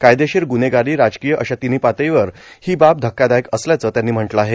कायदेशीर ग्न्हेगारी आणि राजकीय अशा तिन्ही पातळीवर ही बाब धक्कादायक असल्याच त्यानी म्हटल आहे